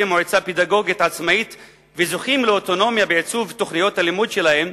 מועצה פדגוגית עצמאית וזוכים לאוטונומיה בעיצוב תוכניות הלימוד שלהם,